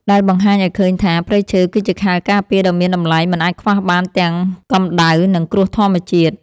ដែលបង្ហាញឱ្យឃើញថា ព្រៃឈើគឺជាខែលការពារដ៏មានតម្លៃមិនអាចខ្វះបានទាំងកម្ដៅ និងគ្រោះធម្មជាតិ។